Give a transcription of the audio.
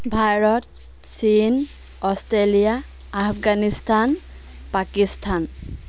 ভাৰত চীন অষ্ট্ৰেলিয়া আফগানিস্তান পাকিস্তান